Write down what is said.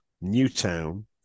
Newtown